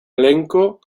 elenco